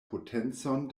potencon